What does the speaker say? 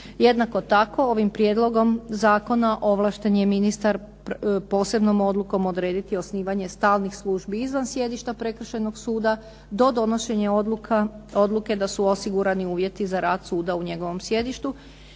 Jednako tako, ovim prijedlogom zakona ovlašten je ministar posebnom odlukom odrediti osnivanje stalnih službi izvan sjedišta prekršajnog suda do donošenja odluke da su osigurani uvjeti za rad suda u njegovom sjedištu